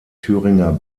thüringer